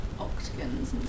octagons